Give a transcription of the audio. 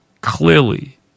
clearly